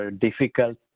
difficult